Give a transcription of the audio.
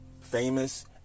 famous